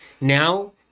now